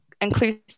inclusive